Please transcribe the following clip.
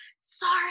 Sorry